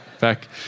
Back